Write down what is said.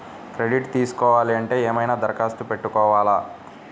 Credit తీసుకోవాలి అంటే ఏమైనా దరఖాస్తు పెట్టుకోవాలా?